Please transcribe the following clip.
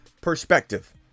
perspective